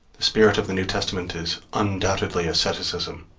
the spirit of the new testament is undoubtedly asceticism,